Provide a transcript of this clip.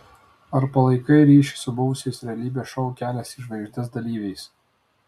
ar palaikai ryšį su buvusiais realybės šou kelias į žvaigždes dalyviais